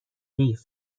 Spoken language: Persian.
قیف